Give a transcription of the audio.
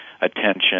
attention